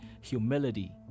humility